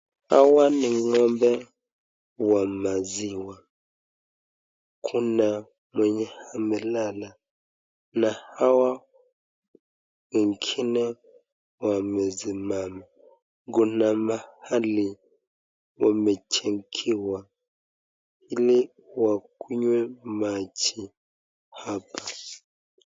Hawa ni ng'ombe wa maziwa. Kuna mwenye amelala na hawa wengine wamesimama. Kuna mahali wamejengewa ili wakunywe maji hapa.